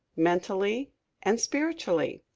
mentally and spiritually.